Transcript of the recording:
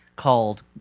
Called